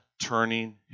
turning